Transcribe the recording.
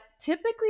typically